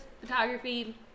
photography